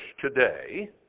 today